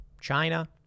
China